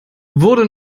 wurde